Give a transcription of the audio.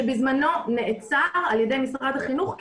שבזמנו נעצר על ידי משרד החינוך,